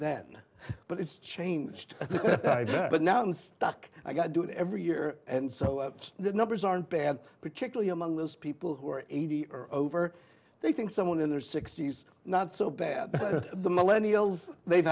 then but it's changed but now i'm stuck i got to do it every year and so the numbers aren't bad particularly among those people who are eighty or over they think someone in their sixty's not so bad the millennial they've